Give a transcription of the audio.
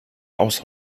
aus